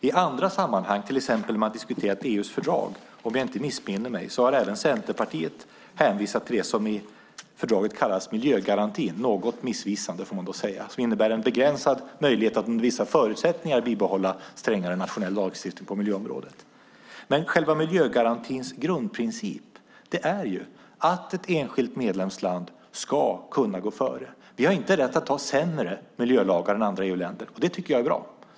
I andra sammanhang, till exempel när man diskuterade EU:s fördrag, har även Centerpartiet, om jag inte missminner mig, hänvisat till det som i fördraget kallas miljögarantin - det är något missvisande, får man säga - som innebär en begränsad möjlighet att under vissa förutsättningar bibehålla strängare nationell lagstiftning på miljöområdet. Men själva miljögarantins grundprincip är att ett enskilt medlemsland ska kunna gå före. Vi har inte rätt att ha sämre miljölagar än andra EU-länder. Det tycker jag är bra.